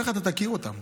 ככה אתה תכיר אותם.